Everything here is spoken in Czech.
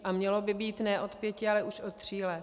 A mělo by být ne od pěti, ale už od tří let.